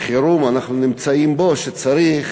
חירום אנחנו נמצאים, שצריך